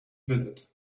visit